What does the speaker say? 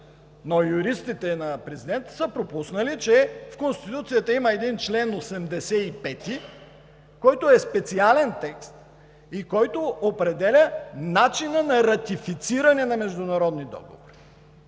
Но юристите на президента са пропуснали, че в Конституцията има един чл. 85, който е специален текст и който определя начина на ратифициране на международни договори.